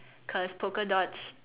cause polka dots